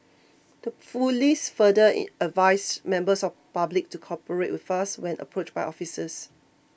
the police further advised members of public to cooperate with us when approached by officers